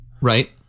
Right